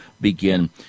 begin